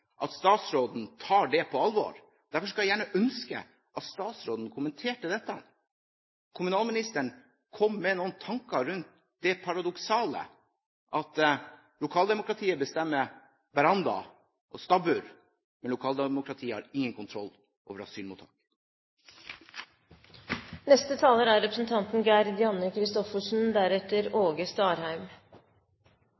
at statsråden tar det på alvor. Derfor skulle jeg gjerne ha ønsket at statsråden kommenterte dette – at kommunalministeren kom med noen tanker rundt det paradoksale at lokaldemokratiet bestemmer veranda og stabbur, men lokaldemokratiet har ingen kontroll over asylmottak. Kommunene er